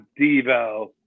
Devo